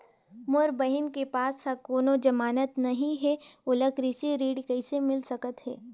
मोर बहिन के पास ह कोनो जमानत नहीं हे, ओला कृषि ऋण किसे मिल सकत हे?